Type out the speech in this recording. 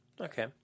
Okay